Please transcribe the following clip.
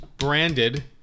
Branded